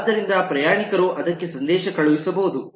ಆದ್ದರಿಂದ ಪ್ರಯಾಣಿಕರು ಅದಕ್ಕೆ ಸಂದೇಶ ಕಳುಹಿಸಬಹುದು